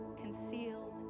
concealed